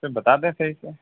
سر بتا دیں صحیح سے